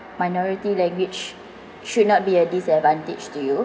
minority language should not be a disadvantage to you